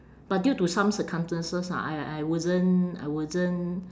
but due to some circumstances ah I I wasn't I wasn't